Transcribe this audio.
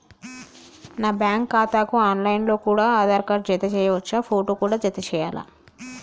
నా బ్యాంకు ఖాతాకు online లో కూడా ఆధార్ కార్డు జత చేయవచ్చా ఫోటో కూడా జత చేయాలా?